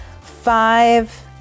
five